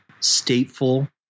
stateful